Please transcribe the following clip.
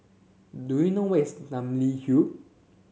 do you know where is Namly Hill